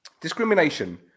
discrimination